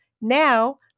Now